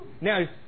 Now